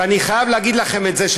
ואני חייב להגיד לכם את זה,